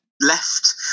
left